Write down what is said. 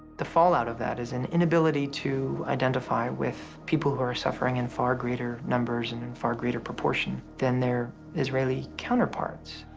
the fallout of that is an inability to identify with people who are suffering in far greater numbers and in far greater proportion than their israeli counterparts.